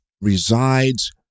resides